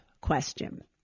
question